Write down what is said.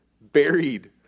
buried